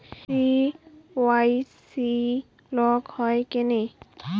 KYC block হয় কেনে?